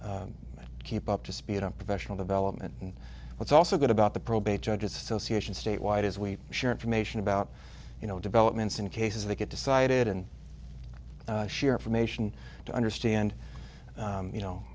keep up to speed on professional development and what's also good about the probate judges association statewide is we share information about you know developments in cases that get decided in share information to understand you know